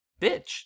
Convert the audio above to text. bitch